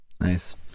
Nice